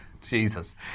Jesus